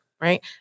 Right